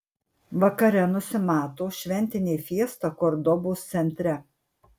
vakare nusimato šventinė fiesta kordobos centre